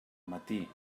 matí